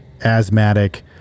asthmatic